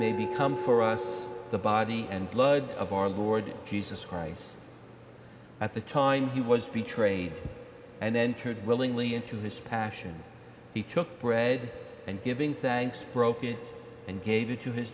may become for us the body and blood of our lord jesus christ at the time he was betrayed and entered willingly into his passion and he took bread and giving thanks broke it and gave it to his